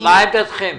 מה עמדתכם?